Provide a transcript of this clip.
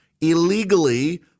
illegally